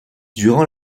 durant